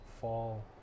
fall